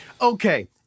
Okay